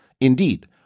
Indeed